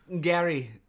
Gary